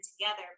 together